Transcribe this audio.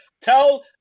Tell